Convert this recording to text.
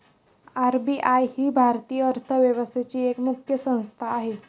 RBI ही भारतीय अर्थव्यवस्थेची एक मुख्य संस्था आहे